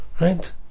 Right